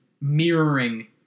mirroring